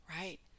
Right